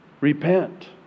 repent